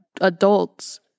adults